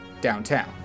downtown